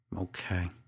Okay